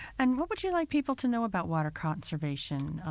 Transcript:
and what would you like people to know about water conservation?